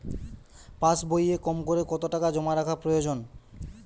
পাশবইয়ে কমকরে কত টাকা জমা রাখা প্রয়োজন?